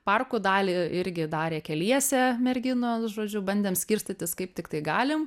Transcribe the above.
parko dalį irgi darė keliese merginos žodžiu bandėm skirstytis kaip tiktai galim